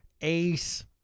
ace